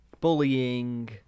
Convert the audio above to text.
bullying